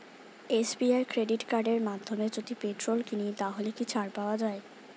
SBI credit কার্ডের মাধ্যমে যদি পেট্রোল কিনি তাহলে কি ছাড় পাওয়া যায়?